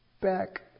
back